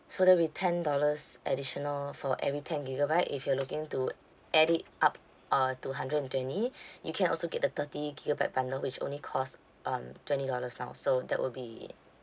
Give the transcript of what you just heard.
so that'll be ten dollars additional for every ten gigabyte if you're looking to add it up uh to hundred and twenty you can also get the thirty gigabyte bundle which only cost um twenty dollars now so that will be